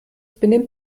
benimmt